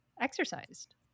exercised